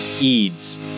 Eads